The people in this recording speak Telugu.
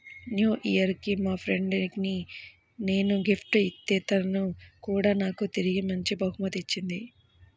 న్యూ ఇయర్ కి మా ఫ్రెండ్ కి నేను గిఫ్ట్ ఇత్తే తను కూడా నాకు తిరిగి మంచి బహుమతి ఇచ్చింది